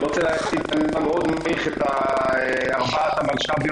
אני רוצה להתחיל בכך שאני מעריך מאוד את ארבע המלש"ביות